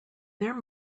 there